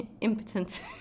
impotent